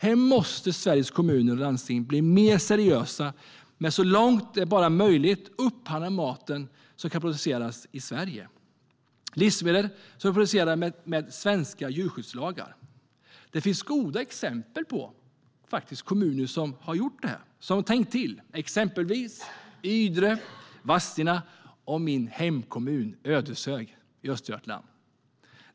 Här måste Sveriges kommuner och landsting bli mer seriösa med att så långt det bara är möjligt upphandla mat som kan produceras i Sverige, livsmedel som produceras med svenska djurskyddslagar. Det finns goda exempel på kommuner som har gjort det, som har tänkt till. Det är exempelvis Ydre, Vadstena och min hemkommun Ödeshög i Östergötland.